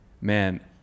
man